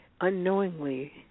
unknowingly